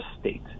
state